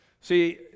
See